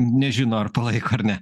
nežino ar palaiko ar ne